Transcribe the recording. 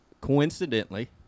Coincidentally